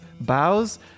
bows